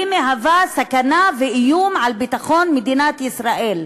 היא מהווה סכנה ואיום על ביטחון מדינת ישראל.